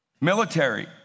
Military